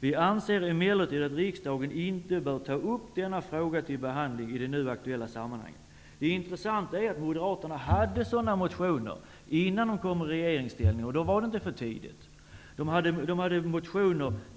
Vi anser emellertid att riksdagen inte bör ta upp denna fråga till behandling i det nu aktuella sammanhanget.'' Det intressanta är att Moderaterna väckt sådana motioner innan de kom i regeringsställning. Då var detta inte för tidigt.